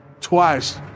twice